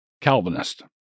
Calvinist